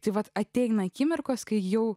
tai vat ateina akimirkos kai jau